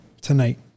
tonight